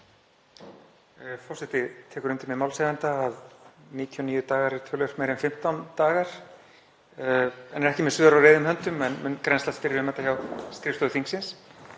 Forseti tekur undir með málshefjanda að 99 dagar eru töluvert meira en 15 dagar. Forseti er ekki með svör á reiðum höndum en mun grennslast fyrir um þetta hjá skrifstofu þingsins.